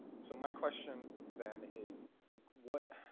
so my question then is what